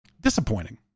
disappointing